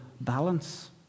balance